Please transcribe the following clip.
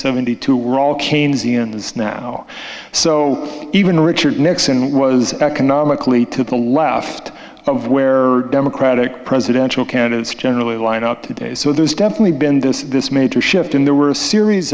seventy two we're all keynesians now so even richard nixon was economically to the left of where democratic presidential candidates generally line up today so there's definitely been this this major shift in there were a series